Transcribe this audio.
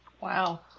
Wow